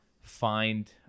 find